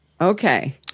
Okay